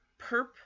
Perp